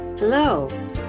Hello